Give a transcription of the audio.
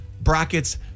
brackets